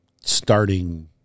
starting